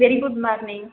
very good morning